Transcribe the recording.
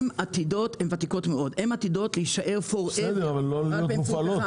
הן ותיקות מאוד ועתידות להישאר לעולם רק באמצעות פחם.